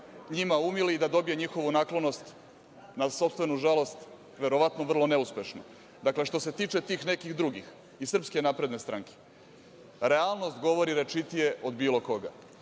njima umili i da dobije njihovu naklonost, na sopstvenu žalost, verovatno vrlo neuspešnu. Što se tiče tih nekih drugih iz SNS, realnost govori rečitije od bilo koga.